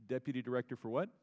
deputy director for what